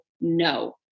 no